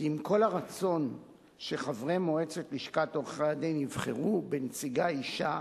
כי עם כל הרצון שחברי מועצת לשכת עורכי-הדין יבחרו בנציגה אשה,